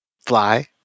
fly